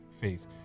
faith